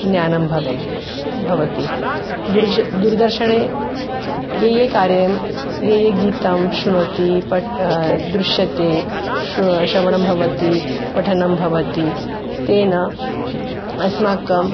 ज्ञानं भवेत् भवति दुर्जनाः दूरदर्शने यत् यत् कार्यं यत् यत् गीतं शृणोति पठति दृश्यते श्रवणं भवति पठनं भवति तेन अस्माकम्